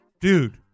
Dude